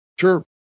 sure